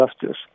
justice